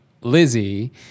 Lizzie